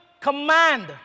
command